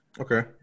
Okay